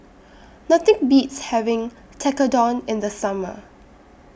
Nothing Beats having Tekkadon in The Summer